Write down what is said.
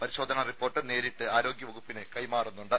പരിശോധനാറിപ്പോർട്ട് നേരിട്ട് ആരോഗ്യവകുപ്പിന് കൈമാറുന്നുണ്ട്